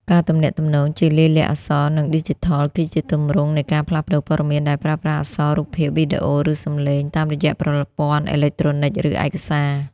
ការទំនាក់ទំនងជាលាយលក្ខណ៍អក្សរ និងឌីជីថល គឺជាទម្រង់នៃការផ្លាស់ប្តូរព័ត៌មានដែលប្រើប្រាស់អក្សរ រូបភាព វីដេអូ ឬសំឡេង តាមរយៈប្រព័ន្ធអេឡិចត្រូនិក ឬឯកសារ។